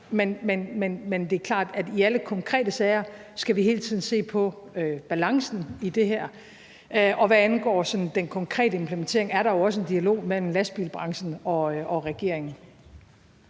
Men det er klart, at i alle konkrete sager skal vi hele tiden se på balancen i det her. Og hvad angår sådan den konkrete implementering, er der jo også en dialog mellem lastbilbranchen og regeringen.